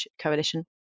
Coalition